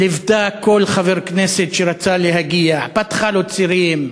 ליוותה כל חבר כנסת שרצה להגיע, פתחה לו צירים.